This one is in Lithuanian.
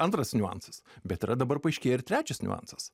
antras niuansas bet yra dabar paaiškėja ir trečias niuansas